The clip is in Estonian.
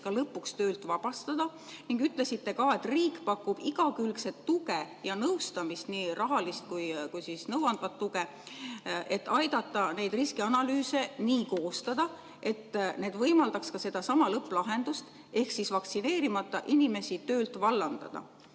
lõpuks töölt vabastada, ning ütlesite ka, et riik pakub igakülgset tuge ja nõustamist, nii rahalist kui ka nõuandvat tuge, et aidata neid riskianalüüse nii koostada, et need võimaldaksid sedasama lõpplahendust ehk vaktsineerimata inimesi töölt vallandada.